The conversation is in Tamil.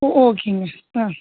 ஓ ஓகேங்க ஆ